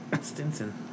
Stinson